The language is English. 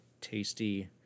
tasty